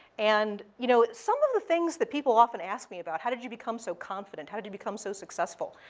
and you know, some of the things that people often ask me about, how do you become so confident? how did you become so successful?